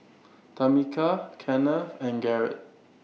Tamica Kennth and Garret